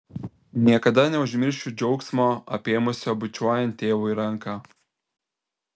niekada neužmiršiu džiaugsmo apėmusio bučiuojant tėvui ranką